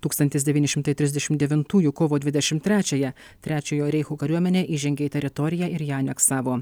tūkstantis devyni šimtai trisdešimt devintųjų kovo dvidešimt trečiąją trečiojo reicho kariuomenė įžengė į teritoriją ir ją aneksavo